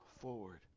forward